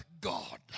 God